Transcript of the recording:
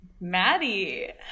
Maddie